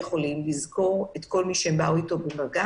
יכול לזכור את כל מי שבא איתו במגע,